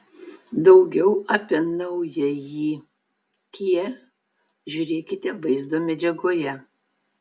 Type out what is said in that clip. daugiau apie naująjį kia žiūrėkite vaizdo medžiagoje